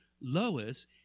Lois